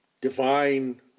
divine